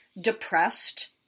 depressed